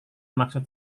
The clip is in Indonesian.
maksud